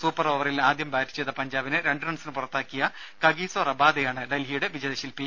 super ഓവറിൽ ആദ്യം bat ചെയ്ത പഞ്ചാബിനെ രണ്ടു റൺസിന് പുറത്താക്കിയ കഗീസോ റബാദയാണ് ഡൽഹിയുടെ വിജയശിൽപി